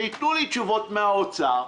שיענו לי תשובות ממשרד האוצר: